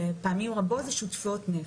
בפעמים רבות זה שותפויות נפט.